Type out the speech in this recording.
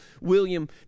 William